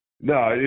No